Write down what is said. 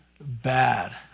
Bad